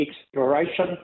exploration